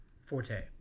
forte